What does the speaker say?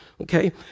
okay